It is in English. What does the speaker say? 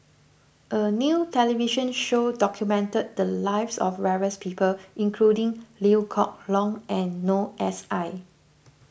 a new television show documented the lives of various people including Liew Geok Leong and Noor S I